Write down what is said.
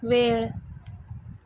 वेळ